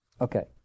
Okay